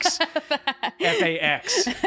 F-A-X